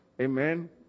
Amen